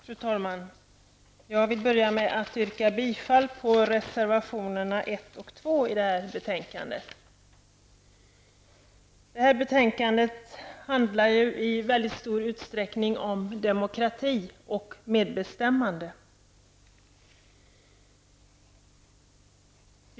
Fru talman! Jag börjar med att yrka bifall till reservationerna 1 och 2 i utrikesutskottets betänkande 21. Detta betänkande handlar i mycket stor utsträckning om demokrati och medbestämmande.